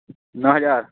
نو ہزار